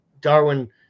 Darwin